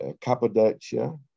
Cappadocia